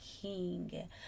King